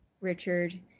richard